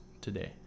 today